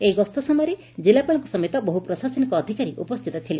ଏହି ଗସ୍ତ ସମୟରେ କିଲ୍ଲାପାଳଙ୍କ ସମେତ ବହୁ ପ୍ରଶାସନିକ ଅଧିକାରୀ ଉପସ୍ଥିତ ଥିଲେ